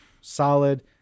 solid